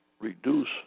reduce